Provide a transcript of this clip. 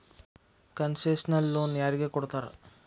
Concessional loan ಯಾರಿಗ್ ಕೊಡ್ತಾರ?